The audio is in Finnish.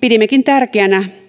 pidimmekin tärkeänä